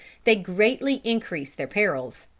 they greatly increased their perils.